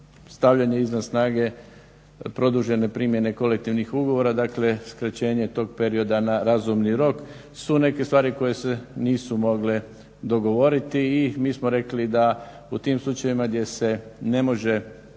stavljanje izvan snage produžene primjene kolektivnih ugovora. Dakle, skraćenje tog perioda na razumni rok su neke stvari koje se nisu mogle dogovoriti i mi smo rekli da u tim slučajevima gdje se ne može,